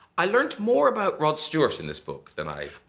i learned more about rod stewart in this book than i oh,